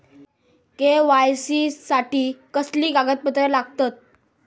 KYC साठी कसली कागदपत्र लागतत?